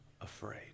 afraid